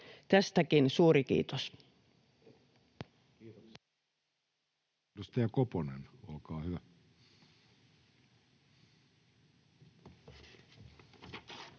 Tästäkin suuri kiitos. Edustaja